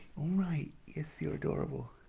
alright yes you're adorable